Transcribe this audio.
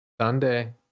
Sunday